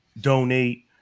donate